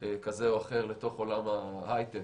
כזה או אחר לתוך עולם ההיי-טק,